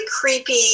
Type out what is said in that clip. creepy